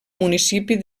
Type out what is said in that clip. municipi